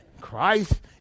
Christ